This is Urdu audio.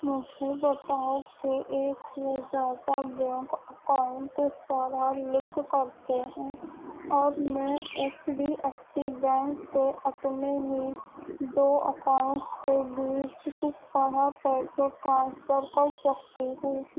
مجھے بتاؤ کہ ایک سے زیادہ بینک اکاؤنٹ کس طرح لنک کرتے ہیں اور میں H D F C bank کے اپنے ہی دو اکاؤنٹس کے بیچ کس طرح پیسے ٹرانسفر کر سکتی ہوں